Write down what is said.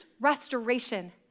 restoration